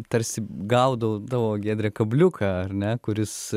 tarsi gaudau tavo giedre kabliuką ar ne kuris